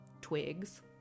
twigs